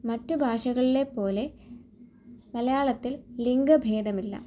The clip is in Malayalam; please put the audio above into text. മറ്റു ഭാഷകളിലെ പോലെ മലയാളത്തിൽ ലിങ്കഭേദമില്ല